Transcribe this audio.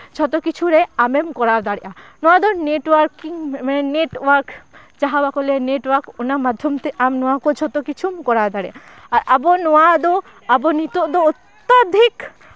ᱡᱷᱚᱛᱚ ᱠᱤᱪᱷᱩ ᱨᱮ ᱟᱢᱮᱢ ᱠᱚᱨᱟᱣ ᱫᱟᱲᱮᱭᱟᱜᱼᱟ ᱱᱚᱣᱟ ᱫᱚ ᱱᱮᱴ ᱳᱣᱟᱨᱠᱤᱝ ᱢᱟᱱᱮ ᱱᱮᱴ ᱳᱣᱟᱨᱠ ᱡᱟᱦᱟᱸ ᱵᱟᱠᱚ ᱞᱟᱹᱭᱟ ᱱᱮᱴ ᱳᱣᱟᱨᱠ ᱚᱱᱟ ᱢᱟᱫᱽᱫᱷᱚᱢ ᱛᱮ ᱟᱢ ᱱᱚᱣᱟ ᱠᱚ ᱡᱷᱚᱛᱚ ᱠᱤᱪᱷᱩᱢ ᱠᱚᱨᱟᱣ ᱫᱟᱲᱮᱭᱟᱜᱼᱟ ᱟᱵᱚ ᱱᱚᱣᱟ ᱠᱚᱫᱚ ᱟᱵᱚ ᱱᱤᱛᱚᱜ ᱫᱚ ᱚᱛᱛᱟᱫᱷᱤᱠ